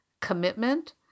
commitment